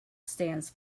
stands